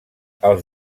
els